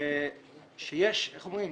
שאיך אומרים?